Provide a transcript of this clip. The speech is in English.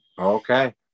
Okay